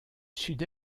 sud